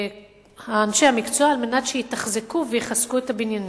אנשי המקצוע כדי שיתחזקו ויחזקו את הבניינים.